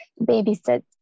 babysit